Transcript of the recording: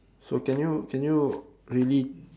so can you can you really